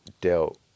dealt